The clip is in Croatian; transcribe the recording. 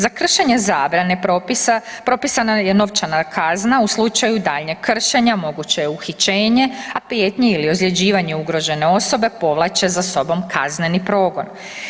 Za kršenje zabrane propisa propisana je novčana kazna, u slučaju daljnjeg kršenja, moguće je uhićenje, a prijetnje ili ozljeđivanje ugrožene osobe, povlače za sobom kazneni progon.